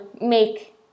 make